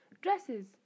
dresses